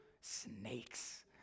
snakes